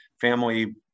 family